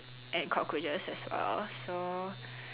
and cockroaches as well so